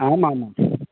ஆமாம் ஆமாம்